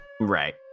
Right